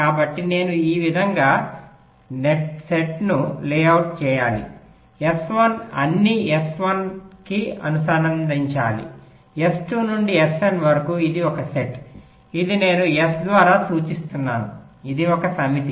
కాబట్టి నేను ఈ విధంగా నెట్ను లేఅవుట్ చేయాలి S1 అన్ని S1 కి అనుసంధానించాలి S2 నుండి Sn వరకు ఇది ఒక నెట్ ఇది నేను S ద్వారా సూచిస్తున్నాను ఇది ఒక సమితి